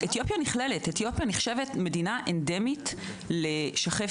אתיופיה נכללת, אתיופיה נחשבת מדינה אנדמית לשחפת.